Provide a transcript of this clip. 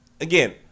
Again